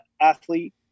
athlete